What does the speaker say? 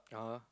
(uh huh)